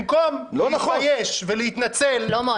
במקום להתבייש ולהתנצל --- שלמה,